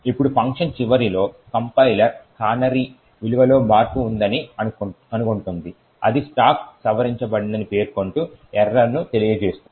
ఇప్పుడు ఫంక్షన్ చివరిలో compiler canary విలువలో మార్పు ఉందని కనుగొంటుంది అది స్టాక్ సవరించబడిందని పేర్కొంటూ ఎర్రర్ను తెలియజేస్తుంది